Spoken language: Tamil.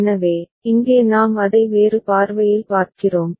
எனவே இங்கே நாம் அதை வேறு பார்வையில் பார்க்கிறோம்